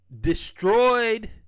destroyed